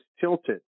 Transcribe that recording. tilted